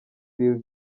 lil